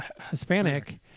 Hispanic